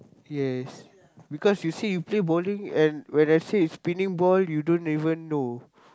yes because you say you play bowling and when I say spinning ball you don't even know